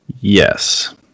yes